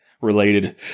related